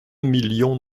million